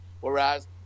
Whereas